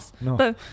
no